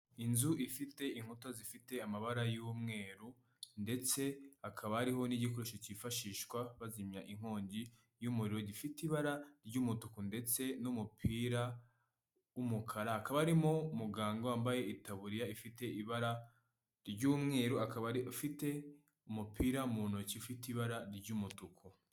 Inzu ifite inkuta zifite amabara y'umweru ndetse hakaba hariho n'igikoresho cyifashishwa bazimya inkongi y'umuriro gifite ibara ry'umutuku ndetse n'umupira w'umukara, hakaba harimo umuganga wambaye itaburiya ifite ibara ry'umweru akaba afite umupira mu ntoki ufite ibara ry'umutuku.